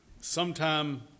sometime